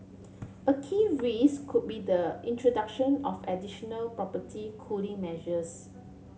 a key risk could be the introduction of additional property cooling measures